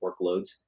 workloads